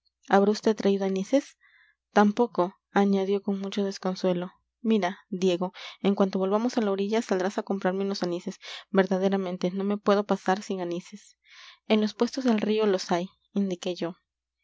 habrá vd traído anises tampoco añadió con mucho desconsuelo mira diego en cuanto volvamos a la orilla saldrás a comprarme unos anises verdaderamente no me puedo pasar sin anises en los puestos del río los hay indiqué yo